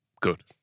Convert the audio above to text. good